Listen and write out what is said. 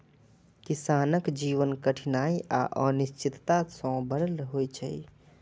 किसानक जीवन कठिनाइ आ अनिश्चितता सं भरल होइ छै